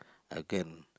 I can